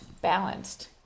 balanced